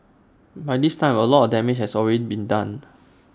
by this time A lot of damage has already been done